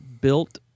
built